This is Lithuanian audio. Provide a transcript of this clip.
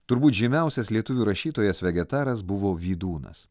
turbūt žymiausias lietuvių rašytojas vegetaras buvo vydūnas